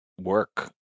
work